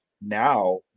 now